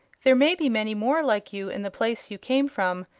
there may be many more like you in the place you came from,